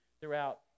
throughout